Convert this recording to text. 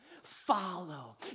follow